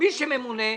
מי שממונה,